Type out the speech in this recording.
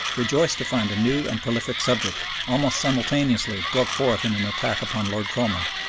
rejoiced to find a new and prolific subject, almost simultaneously broke forth in an attack upon lord cromer.